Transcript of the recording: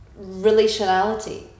relationality